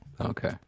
Okay